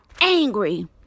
angry